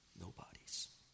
nobodies